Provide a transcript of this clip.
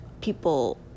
people